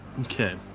Okay